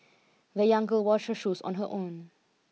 the young girl washed her shoes on her own